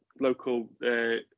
local